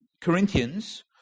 Corinthians